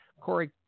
Corey